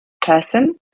person